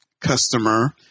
customer